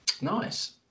nice